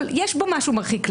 אבל יש בו משהו מרחיק לכת,